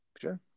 Sure